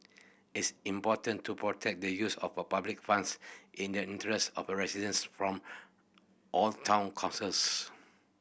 is important to protect the use of a public funds in the interest of residents from all town councils